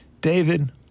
David